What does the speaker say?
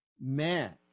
man